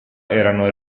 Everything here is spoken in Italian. erano